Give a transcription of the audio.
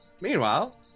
Meanwhile